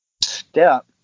step